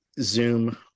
Zoom